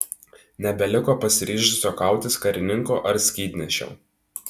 nebeliko pasiryžusio kautis karininko ar skydnešio